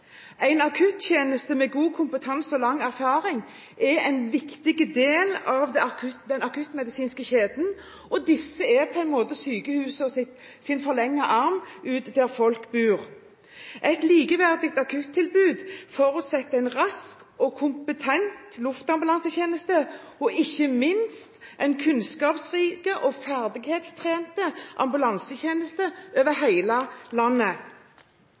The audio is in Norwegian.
En akuttjeneste med god kompetanse og lang erfaring er en viktig del av den akuttmedisinske kjeden, og denne er på en måte sykehusets forlengede arm ut der folk bor. Et likeverdig akuttilbud forutsetter en rask og kompetent luftambulansetjeneste og – ikke minst – en kunnskapsrik og ferdighetstrent ambulansetjeneste over hele landet.